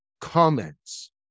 comments